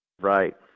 right